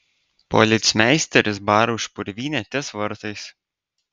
policmeisteris bara už purvynę ties vartais